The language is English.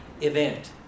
event